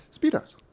Speedos